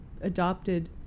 adopted